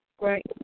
Right